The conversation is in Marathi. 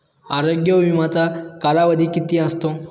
आरोग्य विम्याचा कालावधी किती असतो?